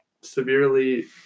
severely